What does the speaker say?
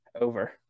over